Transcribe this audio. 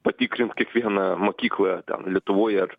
patikrint kiekvieną mokyklą ten lietuvoj ar